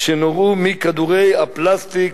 שנגרמו מכדורי הפלסטיק